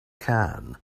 can